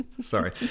Sorry